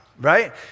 right